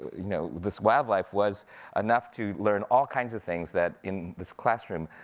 you know this wildlife, was enough to learn all kinds of things that in this classroom,